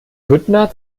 büttner